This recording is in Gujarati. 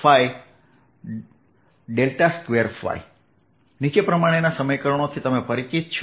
2ϕ2 નીચે પ્રમાણેના સમીકરણોથી તમે પરિચિત છો